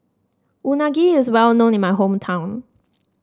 unagi is well known in my hometown